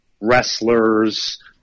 wrestlers